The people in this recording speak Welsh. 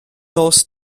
nos